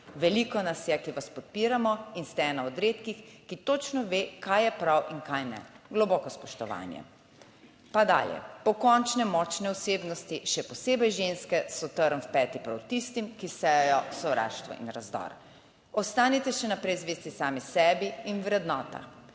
Veliko nas je, ki vas podpiramo, in ste ena od redkih, ki točno ve, kaj je prav in kaj - globoko spoštovanje. Pa dalje. Pokončne, močne osebnosti, še posebej ženske, so trn v peti prav tistim, ki sejejo sovraštvo in razdor. Ostanite še naprej zvesti sami sebi in vrednotam.